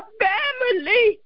family